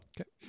Okay